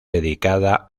dedicada